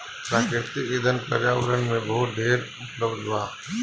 प्राकृतिक ईंधन पर्यावरण में बहुत ढेर उपलब्ध बा